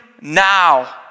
now